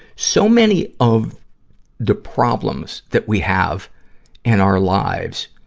so many of the problems that we have in our lives